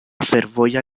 fervoja